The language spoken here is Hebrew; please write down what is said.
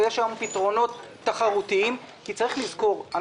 ויש היום פתרונות תחרותיים צריך לזכור,